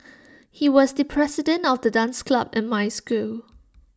he was the president of the dance club in my school